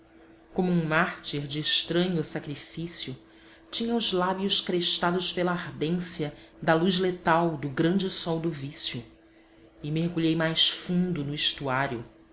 como um mártir de estranho sacrifício tinha os lábios crestados pela ardência da luz letal do grande sol do vício e mergulhei mais fundo no estuário